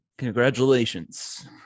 Congratulations